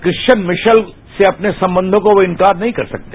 Christian Michel से अपने संबंधों को वो इंकार नहीं कर सकते